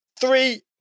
three